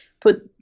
put